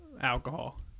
alcohol